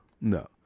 no